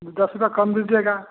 दस रूपया कम दीजिएगा